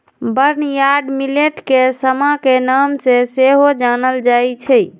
barnyard millet के समा के नाम से सेहो जानल जाइ छै